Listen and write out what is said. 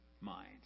mind